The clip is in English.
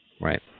Right